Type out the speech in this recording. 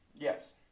Yes